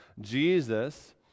Jesus